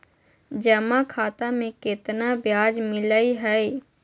जमा खाता में केतना ब्याज मिलई हई?